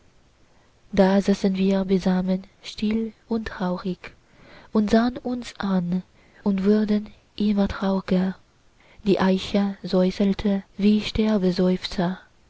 da saßen wir beisammen still und traurig und sahn uns an und wurden immer traurger die eiche säuselte wie